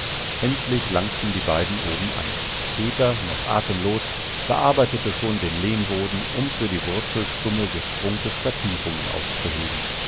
endlich langten die beiden oben an peter noch atemlos bearbeitete schon den lehmboden um für die wurzelstummel des strunkes vertiefungen auszuheben